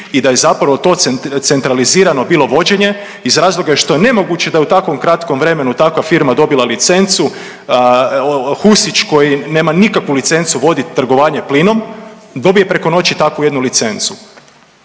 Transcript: i da je zapravo to centralizirano bilo vođenje iz razloga što je nemoguće da u tako kratkom vremenu takva firma dobila licencu, Husić koji nema nikakvu licencu voditi trgovanje plinom, dobije preko noći takvu jednu licencu.